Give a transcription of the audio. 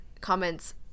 comments